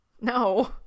no